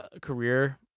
career